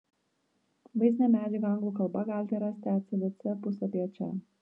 vaizdinę medžiagą anglų kalba galite rasti ecdc puslapyje čia